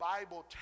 Bible